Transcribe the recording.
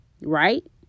Right